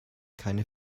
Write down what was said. keine